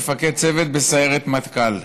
מפקד צוות בסיירת מטכ"ל,